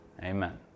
Amen